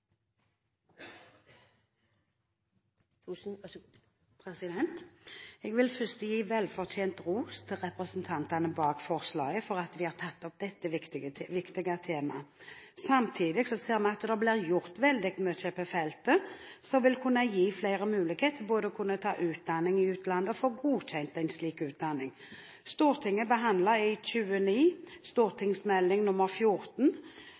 Jeg vil først gi velfortjent ros til representantene bak forslaget for at de har tatt opp dette viktige temaet. Samtidig ser vi at det blir gjort veldig mye på feltet, som vil kunne gi flere mulighet til både å kunne ta utdanning i utlandet og få godkjent en slik utdanning. Stortinget behandlet i